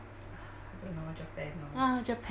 ah japan oh I miss japan